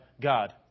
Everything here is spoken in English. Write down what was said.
God